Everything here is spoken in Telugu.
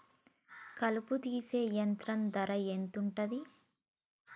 కలుపు తీసే యంత్రం ధర ఎంతుటది?